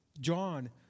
John